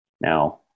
Now